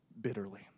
bitterly